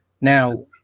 Now